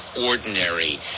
ordinary